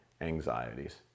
anxieties